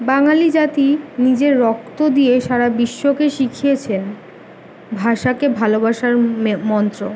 বাঙালী জাতি নিজের রক্ত দিয়ে সারা বিশ্বকে শিখিয়েছেন ভাষাকে ভালবাসার মন্ত্র